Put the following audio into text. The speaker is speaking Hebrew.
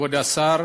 כבוד השר,